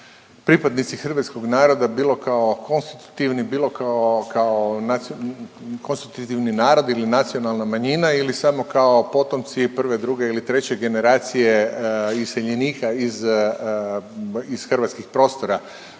kao konstitutivni, bilo kao konstitutivni narod ili nacionalna manjina ili samo kao potomci prve, druge ili treće generacije iseljenika iz hrvatskih prostora,